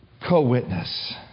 co-witness